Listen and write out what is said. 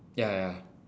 ya ya ya